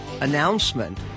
announcement